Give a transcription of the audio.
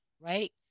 right